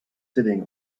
sitting